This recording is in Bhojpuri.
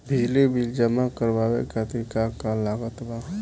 बिजली बिल जमा करावे खातिर का का लागत बा?